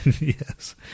Yes